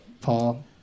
Paul